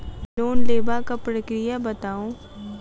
Loan लेबाक प्रक्रिया बताऊ?